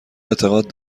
اعتقاد